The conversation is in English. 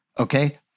okay